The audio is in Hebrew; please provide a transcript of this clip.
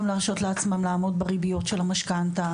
לא יכולים גם להרשות לעצמם לעמוד בריביות של המשכנתה,